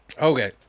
Okay